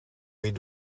weer